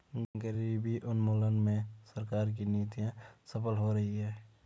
गरीबी उन्मूलन में सरकार की नीतियां सफल हो रही हैं